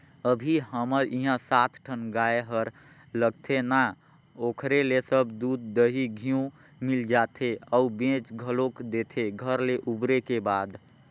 अभी हमर इहां सात ठन गाय हर लगथे ना ओखरे ले सब दूद, दही, घींव मिल जाथे अउ बेंच घलोक देथे घर ले उबरे के बाद